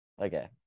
Okay